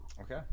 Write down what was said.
Okay